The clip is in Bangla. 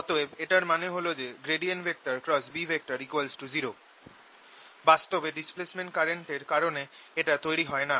অতএব এটার মানে হল B0 বাস্তবে ডিসপ্লেসমেন্ট কারেন্টের কারণে এটা তৈরি হয় না